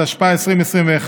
התשפ"א 2021,